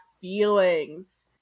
feelings